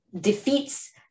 defeats